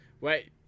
Wait